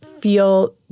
feel